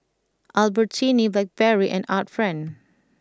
Albertini Blackberry and Art Friend